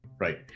right